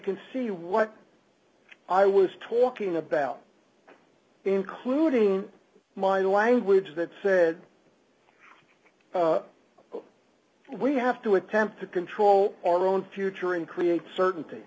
can see what i was talking about including my language that said we have to attempt to control our own future and create certainty